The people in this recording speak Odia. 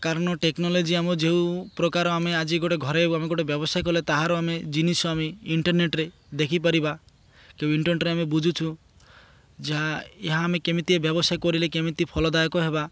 କାରଣ ଟେକ୍ନୋଲୋଜି ଆମ ଯେଉଁ ପ୍ରକାର ଆମେ ଆଜି ଗୋଟେ ଘରେ ଆମେ ଗୋଟେ ବ୍ୟବସାୟ କଲେ ତାହାର ଆମେ ଜିନିଷ ଆମେ ଇଣ୍ଟରନେଟ୍ ଦେଖିପାରିବା କି ଇଣ୍ଟରନେଟ୍ରେ ଆମେ ବୁଝୁଛୁ ଯାହା ଏହା ଆମେ କେମିତି ବ୍ୟବସାୟ କରିଲେ କେମିତି ଫଳଦାୟକ ହେବା